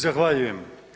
Zahvaljujem.